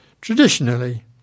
Traditionally